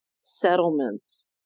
settlements